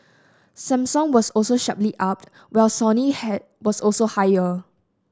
Samsung was also sharply up while Sony was also higher